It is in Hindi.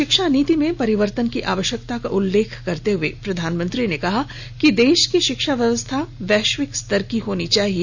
शिक्षा नीति में परिवर्तन की आवश्यकता का उल्लेख करते हुए प्रधानमंत्री ने कहा कि देश की शिक्षा व्यवस्था वैश्विक स्तर की होनी चाहिए